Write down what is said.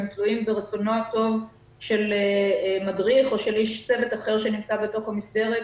הם תלויים ברצונו הטוב של מדריך או של איש צוות אחר שנמצא בתוך המסגרת.